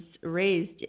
raised